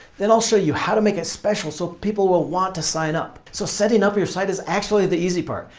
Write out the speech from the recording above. then i'll show you how to make it special so people will want to sign up. so setting up your site is actually the easy part.